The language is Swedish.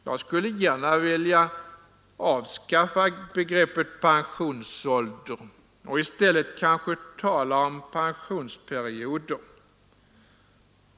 Jag skulle för övrigt vilja avskaffa begreppet pensionsålder och i stället tala om pensionsperioder.